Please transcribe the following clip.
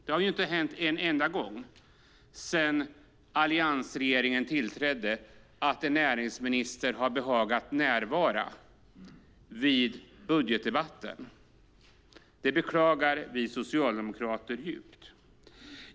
Det har inte hänt en enda gång sedan alliansregeringen tillträdde att en näringsminister behagat närvara vid budgetdebatten. Det beklagar vi socialdemokrater djupt.